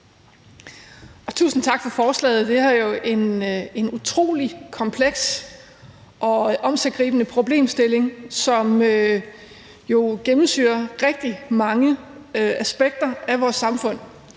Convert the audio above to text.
tusind tak for forslaget. Det er jo en utrolig kompleks og omsiggribende problemstilling, som gennemsyrer rigtig mange aspekter af vores samfund.